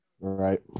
right